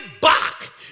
back